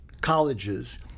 colleges